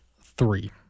three